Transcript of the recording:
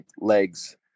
legs